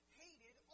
hated